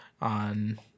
on